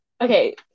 Okay